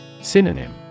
Synonym